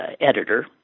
editor